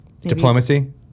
Diplomacy